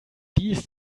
dies